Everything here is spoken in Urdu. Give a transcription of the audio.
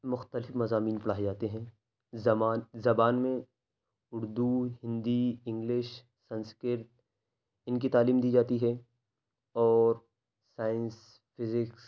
مختلف مضامین پڑھائے جاتے ہیں زمان زبان میں اردو ہندی انگلش سنسکرت ان کی تعلیم دی جاتی ہے اور سائنس فیزکس